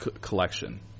collection